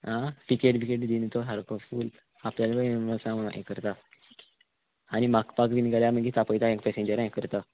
आं टिकेट बिकेट दिना तो सारको फूल आपल्याल्या बोल्सां हें करता आनी मागपाक बीन गेल्यार मागीर तापयता पेसेंजर हें करता